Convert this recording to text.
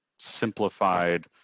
simplified